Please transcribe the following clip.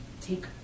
take